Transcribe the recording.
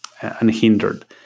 unhindered